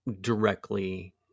directly